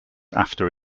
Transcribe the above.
after